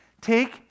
take